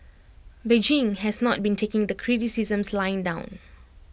Beijing has not been taking the criticisms lying down